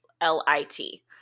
l-i-t